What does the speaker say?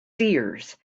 seers